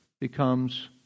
becomes